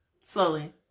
slowly